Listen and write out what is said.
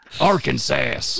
arkansas